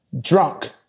drunk